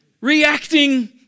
reacting